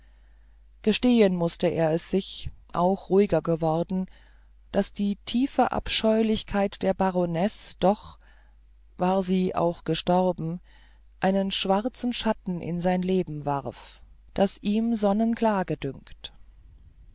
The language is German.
gestehen mußte er es sich auch ruhiger geworden daß die tiefe abscheulichkeit der baronesse doch war sie auch gestorben einen schwarzen schatten in sein leben warf das ihm sonnenklar gedünkt